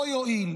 לא יועיל